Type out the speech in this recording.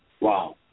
Wow